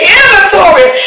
inventory